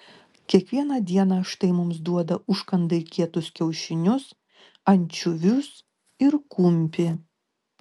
kiekvieną dieną štai mums duoda užkandai kietus kiaušinius ančiuvius ir kumpį